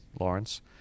Lawrence